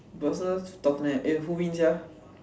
versus Tottenham eh who win sia